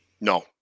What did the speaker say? No